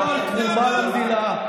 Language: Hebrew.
לא על תרומה למדינה.